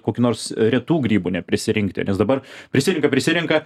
kokių nors retų grybų neprisirinkti nes dabar prisirenka prisirenka